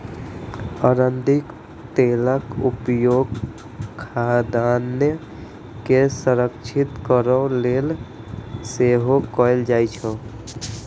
अरंडीक तेलक उपयोग खाद्यान्न के संरक्षित करै लेल सेहो कैल जाइ छै